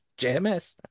JMS